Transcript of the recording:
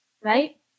Right